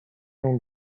non